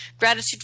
Gratitude